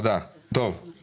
אומר שיש